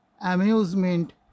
amusement